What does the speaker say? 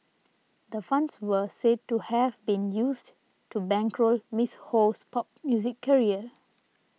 the funds were said to have been used to bankroll Miss Ho's pop music career